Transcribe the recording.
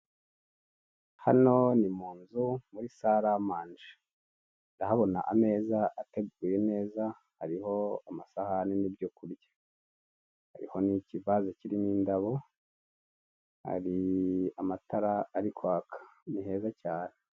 hano ni munzu muri saramange ndahabona ameza ateguye neza hariho amasahane nibyo kurya, hariho nikivaze kirimo indabo hari amatara ari kwaka niheza cyane.